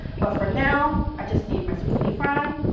but for now i just need my zucchini fry.